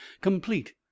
complete